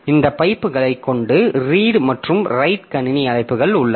இந்த பைப்புகளைக் கொண்டு ரீட் மற்றும் ரைட் கணினி அழைப்புகள் உள்ளன